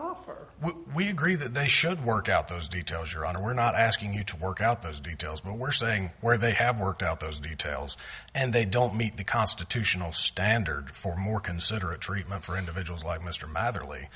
offer we agree that they should work out those details your honor we're not asking you to work out those details but we're saying where they have worked out those details and they don't meet the constitutional standard for more considerate treatment for individuals like mr motherly